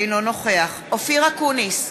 אינו נוכח אופיר אקוניס,